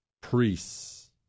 priests